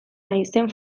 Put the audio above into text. naizen